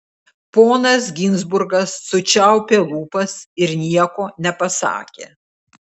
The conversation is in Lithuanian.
ponas ginzburgas sučiaupė lūpas ir nieko nepasakė